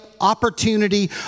opportunity